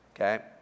Okay